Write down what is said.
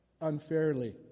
unfairly